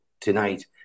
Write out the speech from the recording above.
tonight